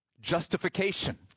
justification